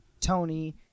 Tony